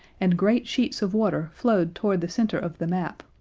and great sheets of water flowed toward the center of the map,